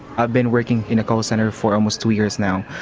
i've been working in a call centre for almost two years now.